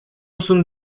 sunt